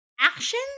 action